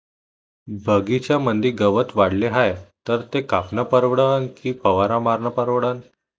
बगीच्यामंदी गवत वाढले हाये तर ते कापनं परवडन की फवारा मारनं परवडन?